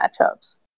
matchups